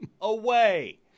away